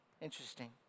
Interesting